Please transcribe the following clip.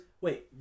Wait